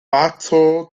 bato